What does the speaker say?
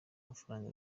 amafaraga